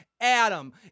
Adam